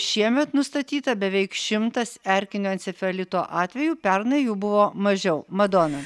šiemet nustatyta beveik šimtas erkinio encefalito atvejų pernai jų buvo mažiau madona